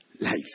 life